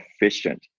efficient